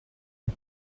die